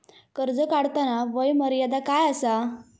कर्ज काढताना वय मर्यादा काय आसा?